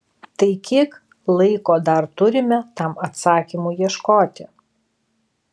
tai kiek laiko dar turime tam atsakymui ieškoti